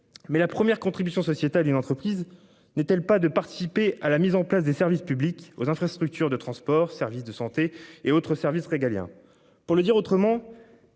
Mais la première contribution sociétal. Une entreprise n'est-elle pas de participer à la mise en place des services publics aux infrastructures de transports, services de santé et autres services régaliens. Pour le dire autrement.